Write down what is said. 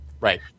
Right